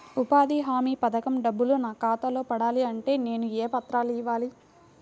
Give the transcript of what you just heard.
ఉపాధి హామీ పథకం డబ్బులు నా ఖాతాలో పడాలి అంటే నేను ఏ పత్రాలు ఇవ్వాలి?